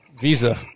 visa